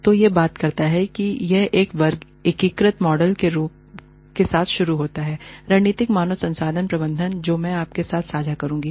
तो यह बात करता है यह एक एकीकृत मॉडल के साथ शुरू होता है रणनीतिक मानव संसाधन प्रबंधन जो मैं आपके साथ साझाकरूंगी